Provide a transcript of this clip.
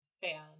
fan